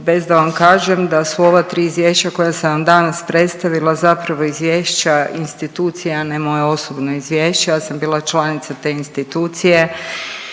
bez da vam kažem da su ova tri izvješća koja sam vam danas predstavila zapravo izvješća institucije, a ne moje osobno izvješće. Ja sam bila članica te institucije